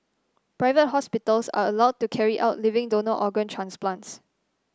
private hospitals are allowed to carry out living donor organ transplants